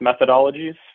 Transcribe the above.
methodologies